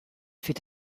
fut